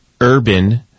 urban